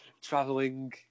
traveling